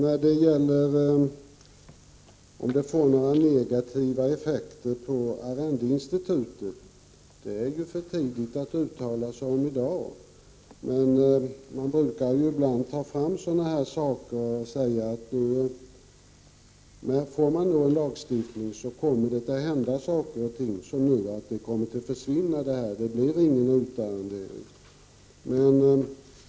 Fru talman! Om det här får några negativa effekter på arrendeinstitutet är det i dag för tidigt att uttala sig om. Motståndarna till ett förslag tar ibland fram sådana synpunkter. Man säger t.ex. i det här fallet att kommer lagstiftningen till stånd kommer arrendeinstitutet att försvinna och det blir ingen utarrendering.